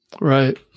Right